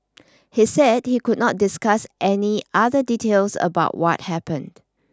he said he could not discuss any other details about what happened